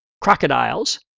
crocodiles